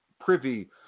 privy